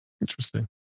Interesting